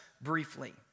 briefly